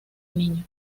niño